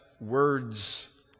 words